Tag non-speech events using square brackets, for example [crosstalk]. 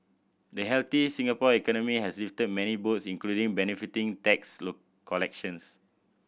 the healthy Singapore economy has lifted many boats including benefiting tax [unintelligible] collections